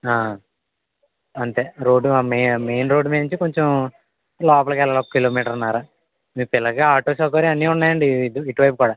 అంతే రోడ్ మె main road మీద నుంచి కొంచెం లోపలకి వెళ్ళాలి ఒక కిలోమీటరున్నర మీకేలాగ ఆటో సౌకర్యాలు అన్ని ఉన్నాయండి ఇటువైపు కూడా